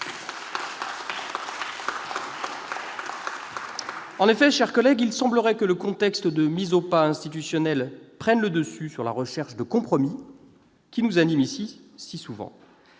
mes chers collègues, que le contexte de mise au pas institutionnelle prenne le dessus sur la recherche de compromis, qui, ici, nous anime si souvent.